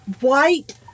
white